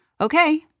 okay